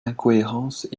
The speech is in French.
incohérences